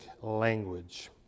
language